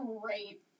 great